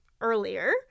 earlier